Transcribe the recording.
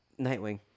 Nightwing